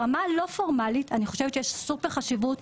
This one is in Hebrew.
ברמה הלא פורמלית אני חושבת שיש סופר חשיבות,